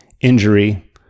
injury